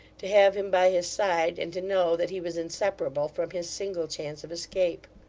to have him by his side, and to know that he was inseparable from his single chance of escape.